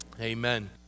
amen